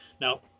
Now